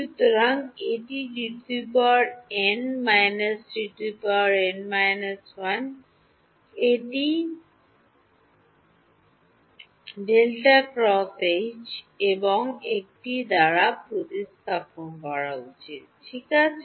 সুতরাং এটি Dn - D n − 1 এটি ∇× H এবং একটি দ্বারা প্রতিস্থাপন করা উচিত ঠিক আছে